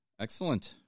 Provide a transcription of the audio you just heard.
Excellent